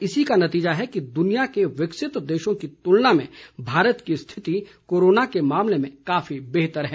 इसी का नतीजा है कि दुनिया के विकसित देशों की तुलना में भारत की स्थिति कोरोना के मामले में काफी बेहतर है